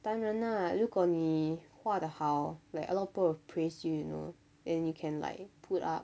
当然啊如果你画得好 like a lot of people will praise you know then you can like put up